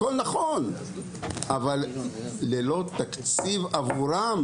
הכל נכון, אבל ללא תקציב עבורם